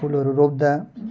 फुलहरू रोप्दा